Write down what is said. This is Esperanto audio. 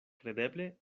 kredeble